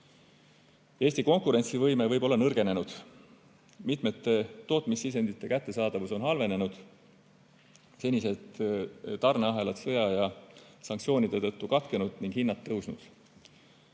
Eesti konkurentsivõime võib olla nõrgenenud, mitmete tootmissisendite kättesaadavus on halvenenud, senised tarneahelad sõja ja sanktsioonide tõttu katkenud ning hinnad tõusnud.